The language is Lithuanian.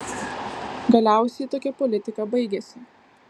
galiausiai tokia politika baigėsi